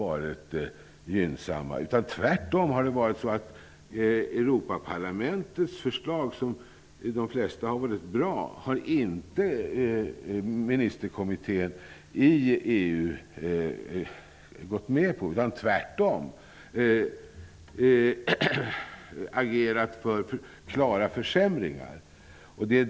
Tvärtom har inte ministerkommittén i EU antagit Europaparlamentets förslag, trots att de flesta förslagen har varit bra. I stället har man agerat för klara försämringar.